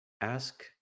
ask